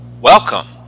Welcome